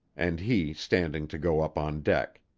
and he standing to go up on deck.